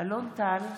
אלון טל,